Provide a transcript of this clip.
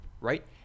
right